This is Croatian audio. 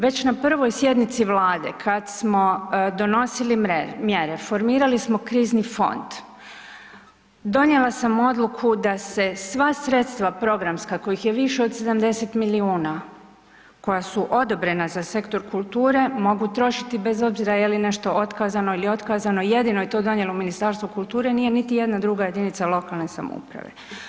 Već na prvoj sjednici Vlade kada smo donosili mjere formirali smo krizni fond, donijela sam odluku da se sva sredstva programska kojih je više od 70 milijuna koja su odobrena za sektor kulture mogu trošiti bez obzira jeli nešto otkazano ili otkazano, jedino je to donijelo Ministarstvo kulture nije niti jedna druga jedinica lokalne samouprave.